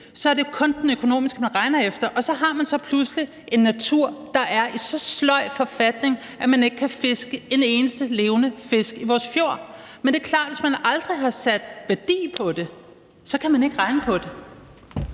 er det kun det økonomiske, man regner efter, og så har man så pludselig en natur, der er i så sløj forfatning, at man ikke kan fiske en eneste levende fisk i vores fjorde. Men det er klart, at hvis man aldrig har sat værdi på det, kan man ikke regne på det.